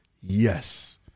Yes